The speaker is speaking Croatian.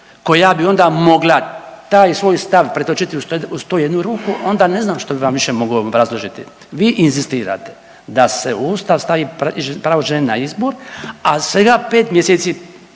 koja bi onda mogla taj svoj stav pretočiti u 101 ruku onda ne znam što bi vam više mogao obrazložiti. Vi inzistirate da se u Ustav stavi pravo žene na izbor, a svega 5 mjeseci